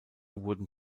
wurden